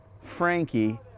Frankie